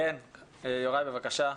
יוראי, בבקשה,